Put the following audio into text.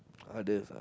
others ah